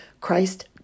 Christ